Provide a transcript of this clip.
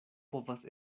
povas